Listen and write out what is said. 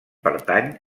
pertany